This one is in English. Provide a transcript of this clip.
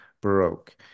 Baroque